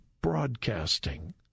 broadcasting